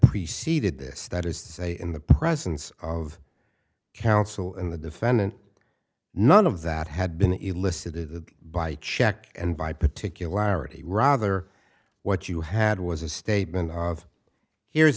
preceded this that is to say in the presence of counsel and the defendant none of that had been elicited the by check and by particularity rather what you had was a statement of here's